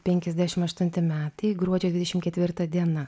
penkiasdešim aštunti metai gruodžio dvidešim ketvirta diena